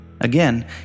Again